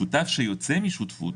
שותף שיוצא משותפות